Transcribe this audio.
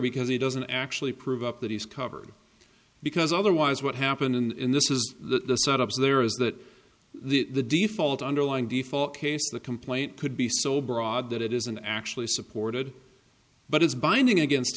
because he doesn't actually prove up that he's covered because otherwise what happened in this is the set up so there is that the default underlying default case the complaint could be so broad that it isn't actually supported but is binding against